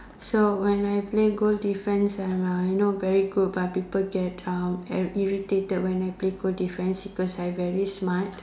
so when I play goal defence I am uh you know very good but people get uh irr~ irritated when I play goal defence because I very smart